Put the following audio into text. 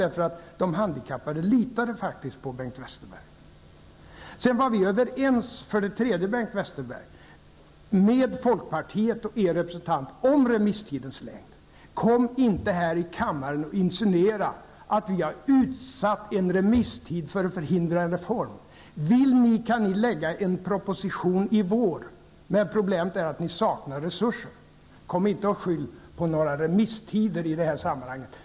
De handikappade litade faktiskt på Vi var överens, Bengt Westerberg, med folkpartiet och er representant om remisstidens längd. Kom inte här i kammaren och insinuera att vi har utsatt en remisstid för att förhindra en reform. Vill ni kan ni lägga fram en proposition i vår. Men problemet är att ni saknar resurser. Kom inte och skyll på några remisstider i detta sammanhang.